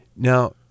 Now